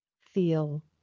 feel